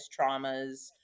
traumas